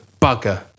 bugger